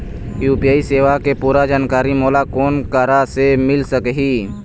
UPI सेवा के पूरा जानकारी मोला कोन करा से मिल सकही?